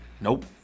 nope